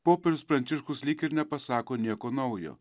popiežius pranciškus lyg ir nepasako nieko naujo